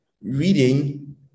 reading